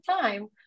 time